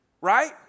right